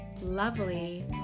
lovely